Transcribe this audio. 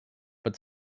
but